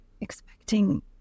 expecting